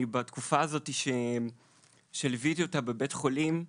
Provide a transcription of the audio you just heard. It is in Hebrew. בתקופה הזאת שליוויתי אותה בבית החולים,